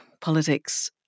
politics